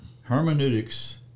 Hermeneutics